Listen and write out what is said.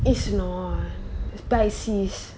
is known pisces